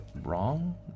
wrong